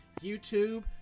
YouTube